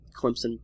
Clemson